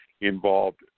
involved